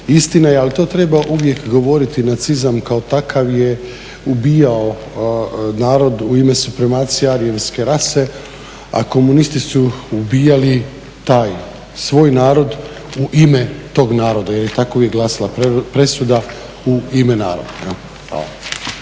Istina je, ali to treba uvijek govoriti, nacizam kao takav je ubijao narod u ime supremacija …/Govornik se ne razumije/… rase a komunisti su ubijali taj svoj narod u ime tog naroda, jer je tako uvijek glasila presuda, u ime naroda.